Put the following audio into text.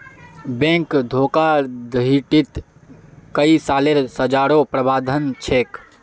bank धोखाधडीत कई सालेर सज़ारो प्रावधान छेक